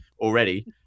already